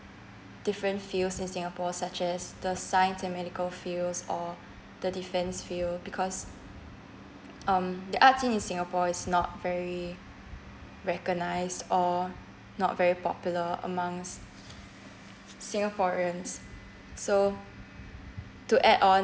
different fields in singapore such as the science and medical fields or the defence field because um the art scene in singapore is not very recognised or not very popular amongst singaporeans so to add on